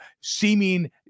seeming